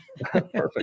perfect